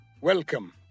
Welcome